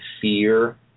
fear